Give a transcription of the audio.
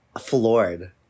floored